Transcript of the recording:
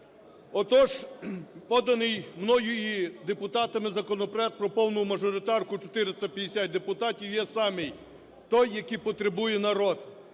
Отож, поданий мною і депутатами законопроект про повну мажоритарку в 450 депутатів, є саме той, який потребує народ.